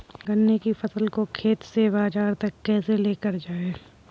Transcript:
गन्ने की फसल को खेत से बाजार तक कैसे लेकर जाएँ?